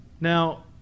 Now